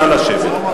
נא לשבת.